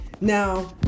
now